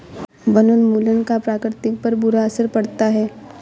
वनोन्मूलन का प्रकृति पर बुरा असर पड़ता है